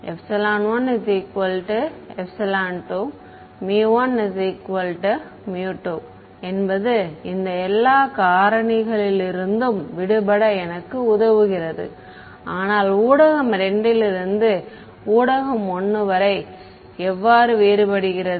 12 1 2 என்பது இந்த எல்லா காரணிகளிலிருந்தும் விடுபட எனக்கு உதவுகிறது ஆனால் ஊடகம் 2 லிருந்து ஊடகம் 1 எவ்வாறு வேறுபடுகிறது